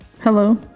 hello